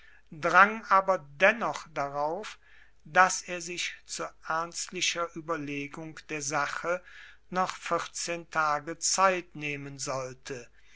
drang aber dennoch darauf daß er sich zu ernstlicher überlegung der sache noch vierzehn tage zeit nehmen sollte